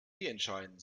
entscheiden